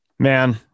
Man